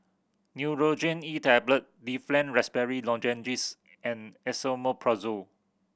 Nurogen E Tablet Difflam Raspberry Lozenges and Esomeprazole